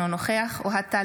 אינו נוכח אוהד טל,